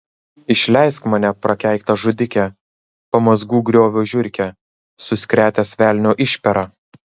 išleisk mane prakeiktas žudike pamazgų griovio žiurke suskretęs velnio išpera